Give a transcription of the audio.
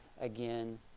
again